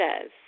says